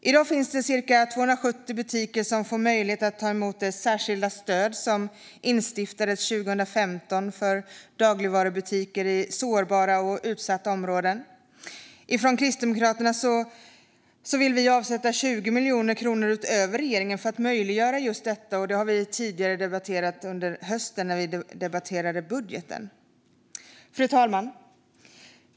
I dag finns det cirka 270 butiker som har möjlighet att ta emot det särskilda stöd som år 2015 instiftades för dagligvarubutiker i sårbara och utsatta områden. Från Kristdemokraternas sida vill vi avsätta 20 miljoner kronor mer än regeringen för att möjliggöra just detta. Det har vi debatterat tidigare under hösten, när vi debatterade budgeten. Fru talman!